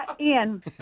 Ian